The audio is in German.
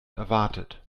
erwartet